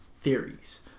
theories